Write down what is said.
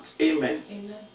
Amen